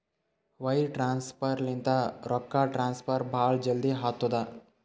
wire transfer ಲಿಂತ ರೊಕ್ಕಾ transfer ಭಾಳ್ ಜಲ್ದಿ ಆತ್ತುದ